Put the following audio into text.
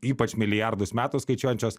ypač milijardus metų skaičiuojančios